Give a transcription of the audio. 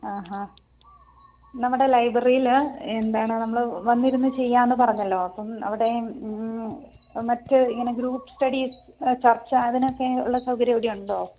ആ ഹാ നമ്മുടെ ലൈബ്രറീൽ എന്താണ് നമ്മൾ വന്നിരുന്ന് ചെയ്യാന്ന് പറഞ്ഞല്ലോ അപ്പം അവിടെ മറ്റേ ഇങ്ങനെ ഗ്രൂപ്പ് സ്റ്റഡീസ് ചർച്ച അതിനൊക്കെ ഉള്ള സൗകര്യം അവിടുണ്ടോ